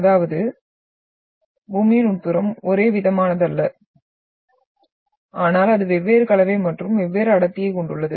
அதாவது பூமியின் உட்புறம் ஒரேவிதமானதல்ல ஆனால் அது வெவ்வேறு கலவை மற்றும் வெவ்வேறு அடர்த்தியைக் கொண்டுள்ளது